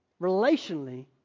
Relationally